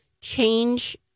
change